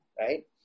right